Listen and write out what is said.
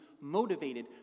motivated